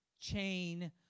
chain